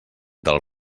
del